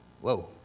Whoa